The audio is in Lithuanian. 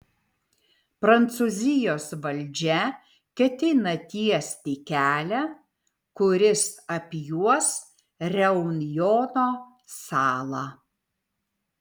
prancūzijos valdžia ketina tiesti kelią kuris apjuos reunjono salą